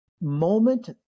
moment